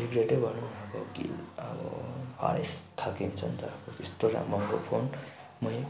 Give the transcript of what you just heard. रिग्रेटै भनौँ अब कि अब हरेस खाल्के हुन्छ नि त अब त्यस्तो राम् महँगो फोन मेरै